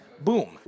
Boom